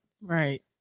Right